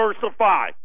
diversify